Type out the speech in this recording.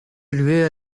élevée